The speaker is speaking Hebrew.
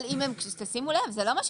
אבל זה לא מה שכתוב,